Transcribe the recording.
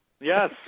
Yes